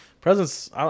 presents